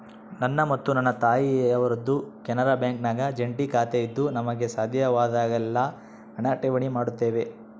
ನನ್ನ ಮತ್ತು ನನ್ನ ತಾಯಿಯವರದ್ದು ಕೆನರಾ ಬ್ಯಾಂಕಿನಾಗ ಜಂಟಿ ಖಾತೆಯಿದ್ದು ನಮಗೆ ಸಾಧ್ಯವಾದಾಗೆಲ್ಲ ಹಣ ಠೇವಣಿ ಮಾಡುತ್ತೇವೆ